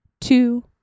two